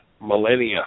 millennia